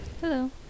Hello